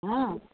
ହଁ